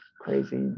crazy